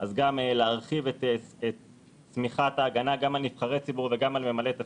אז להרחיב את שמיכת ההגנה גם על נבחרי ציבור וגם על ממלאי תפקידים.